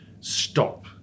stop